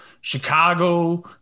Chicago